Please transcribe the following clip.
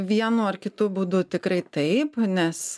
vienu ar kitu būdu tikrai taip nes